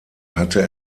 hatte